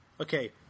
Okay